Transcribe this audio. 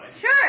Sure